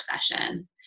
session